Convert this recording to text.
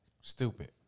Stupid